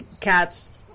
cats